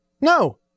no